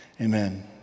Amen